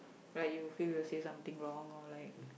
right you feel you will say something wrong or like